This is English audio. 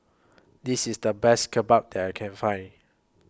This IS The Best Kimbap that I Can Find